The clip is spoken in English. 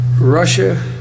Russia